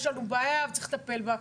יש לנו בעיה וצריך לטפל בה,